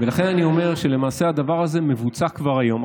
אני אומר שלמעשה הדבר הזה מבוצע כבר היום.